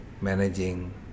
managing